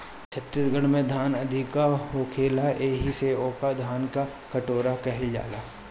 छत्तीसगढ़ में धान अधिका होखेला एही से ओके धान के कटोरा कहल जाला